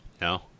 No